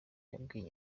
yabwiye